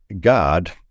God